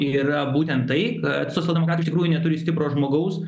yra būtent tai kad soseldemokratai iš tikrųjų neturi stipro žmogaus